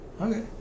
Okay